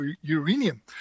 uranium